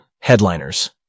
headliners